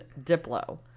Diplo